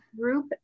group